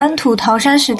安土桃山时代